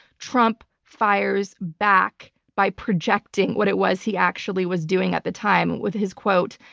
trump fires back by projecting what it was he actually was doing at the time with his quote,